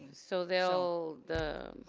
so they'll the,